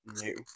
new